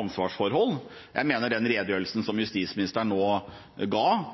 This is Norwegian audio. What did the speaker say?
ansvarsforhold. Jeg mener den redegjørelsen som justisministeren nå ga,